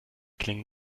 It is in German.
klingen